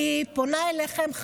אני פונה אליכם,